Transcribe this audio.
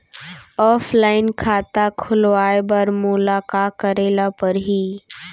Offline खाता खोलवाय बर मोला का करे ल परही?